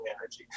energy